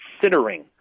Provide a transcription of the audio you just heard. considering